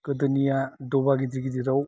गोदोनिया दबा गिदिर गिदिराव